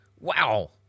Wow